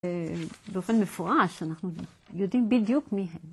באופן מפורש, אנחנו יודעים בדיוק מי הם.